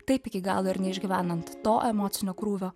taip iki galo ir neišgyvenant to emocinio krūvio